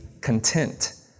content